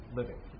living